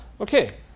Okay